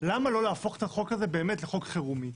למה לא להפוך את החוק הזה לחוק חירום?